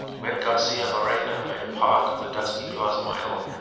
when garcia moreno made a park of the dusty plaza mayor,